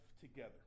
together